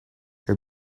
your